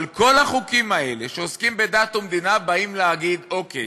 אבל כל החוקים האלה שעוסקים בדת ומדינה באים להגיד: אוקיי,